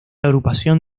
agrupación